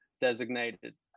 designated